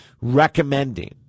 recommending